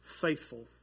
faithful